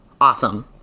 Awesome